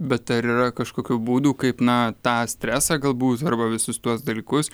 bet ar yra kažkokių būdų kaip na tą stresą galbūt arba visus tuos dalykus